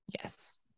Yes